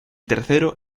tercero